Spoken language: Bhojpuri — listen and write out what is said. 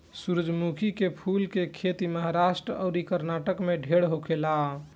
सूरजमुखी के फूल के खेती महाराष्ट्र अउरी कर्नाटक में ढेर होखेला